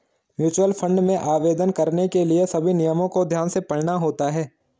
mutual fund में आवेदन करने के लिए सभी नियमों को ध्यान से पढ़ना होता है